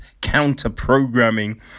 counter-programming